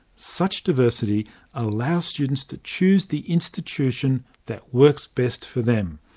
such diversity allows students to choose the institution that works best for them.